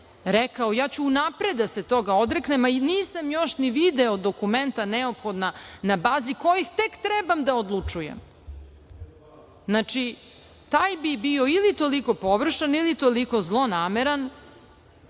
rekao ja ću unapred da se toga odreknem, a nisam još ni video dokumenta neophodna na bazi kojih tek trebam da odlučujem? Taj bi bio ili toliko površan ili toliko zlonameran